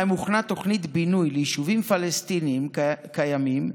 שבהם הוכנה תוכנית בינוי ליישובים פלסטיניים קיימים,